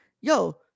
yo